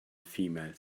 female